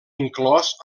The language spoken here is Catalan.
inclòs